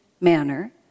manner